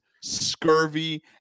scurvy